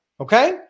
okay